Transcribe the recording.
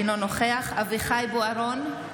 אינו נוכח אביחי אברהם בוארון,